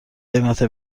قیمت